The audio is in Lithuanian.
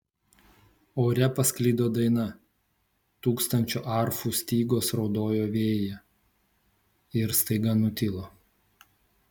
ore pasklido daina tūkstančio arfų stygos raudojo vėjyje ir staiga nutilo